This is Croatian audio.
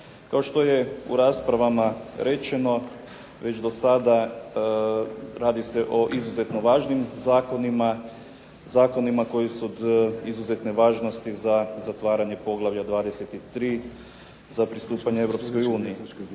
Kao što je u raspravama rečeno već dosada radi se o izuzetno važnim zakonima, zakonima koji su od izuzetne važnosti za zatvaranje Poglavlja 23. za pristupanje EU.